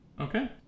Okay